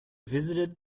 visited